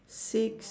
six